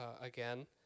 again